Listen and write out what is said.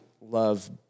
love